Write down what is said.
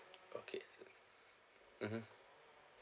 okay mmhmm